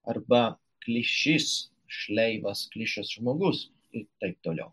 arba klišys šleivas klišas žmogus ir taip toliau